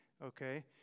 Okay